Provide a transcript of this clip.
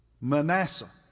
Manasseh